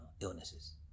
illnesses